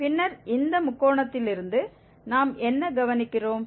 பின்னர் இந்த முக்கோணத்திலிருந்து நாம் என்ன கவனிக்கிறோம்